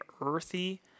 earthy